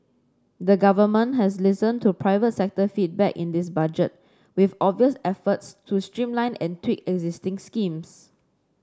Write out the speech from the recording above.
the government has listened to private sector feedback in this budget with obvious efforts to streamline and tweak existing schemes